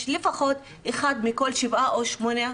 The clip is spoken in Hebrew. לפחות אחד מכל שבעה או שמונה תלמידים,